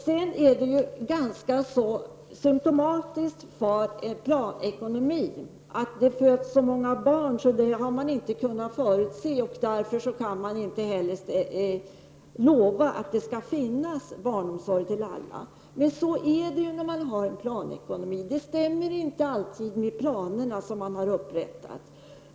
Det är symtomatiskt för en planekonomi att man inte har förutsett att det skulle födas så många barn och att man därför inte kan lova att det skall finnas barnomsorg till alla. Men så blir det i en planekonomi. Det som händer stämmer inte alltid med de upprättade planerna.